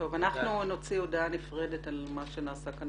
אנחנו נוציא הודעה נפרדת על מה שנעשה כאן